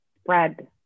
spread